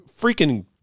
freaking